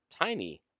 tiny